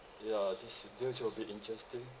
ya this this will be interesting